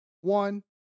one